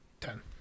ten